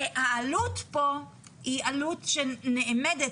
העלות פה היא עלות שנאמדת,